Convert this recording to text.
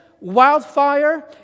wildfire